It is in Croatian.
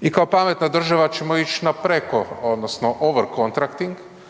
i kao pametna država ćemo ić na preko odnosno Overcontracting